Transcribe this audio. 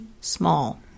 small